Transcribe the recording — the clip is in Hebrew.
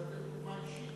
הוא רוצה לתת דוגמה אישית.